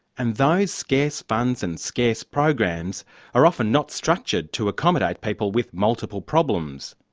and those scarce funds and scarce programs are often not structured to accommodate people with multiple problems.